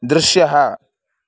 दृश्यः